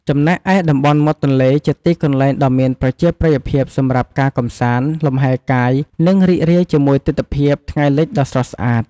ចំណែកឯតំបន់មាត់ទន្លេ ជាទីកន្លែងដ៏មានប្រជាប្រិយភាពសម្រាប់ការកម្សាន្ត លំហែកាយ និងរីករាយជាមួយទិដ្ឋភាពថ្ងៃលិចដ៏ស្រស់ស្អាត។